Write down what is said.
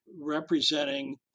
representing